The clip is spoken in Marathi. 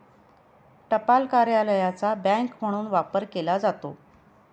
टपाल कार्यालयाचा बँक म्हणून वापर केला जातो